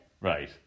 Right